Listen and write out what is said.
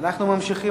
אנחנו ממשיכים.